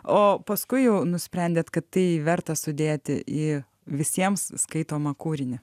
o paskui jau nusprendėt kad tai verta sudėti į visiems skaitomą kūrinį